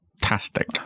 Fantastic